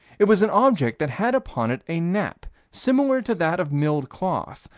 it was an object that had upon it a nap, similar to that of milled cloth.